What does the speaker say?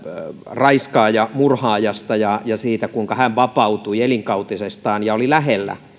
raiskaaja murhaajasta ja siitä kuinka hän vapautui elinkautisestaan ja oli lähellä